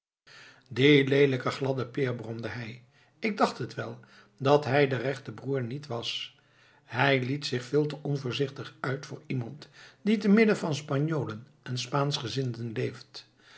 die leelijke gladde peer bromde hij ik dacht het wel dat hij de rechte broer niet was hij liet zich veel te onvoorzichtig uit voor iemand die te midden van spanjolen en